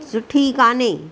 सुठी कोन्हे